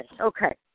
Okay